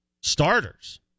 Starters